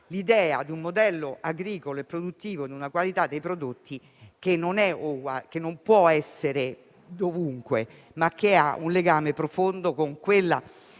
l'idea di un modello agricolo e produttivo e di una qualità dei prodotti che non possono trovarsi dovunque, ma che hanno un legame profondo con una